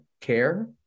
care